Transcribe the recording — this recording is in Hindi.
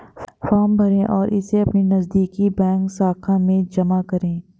फॉर्म भरें और इसे अपनी नजदीकी बैंक शाखा में जमा करें